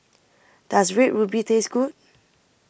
Does Red Ruby Taste Good